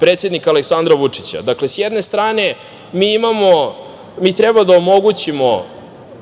predsednika Aleksandra Vučića. Dakle, sa jedne strane treba da omogućimo